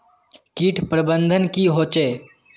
किट प्रबन्धन की होचे?